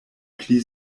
pli